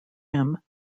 him